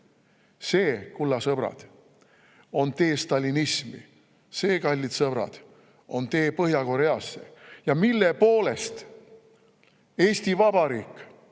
See, kulla sõbrad, on tee stalinismi. See, kallid sõbrad, on tee Põhja-Koreasse. Mille poolest Eesti Vabariik